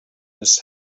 his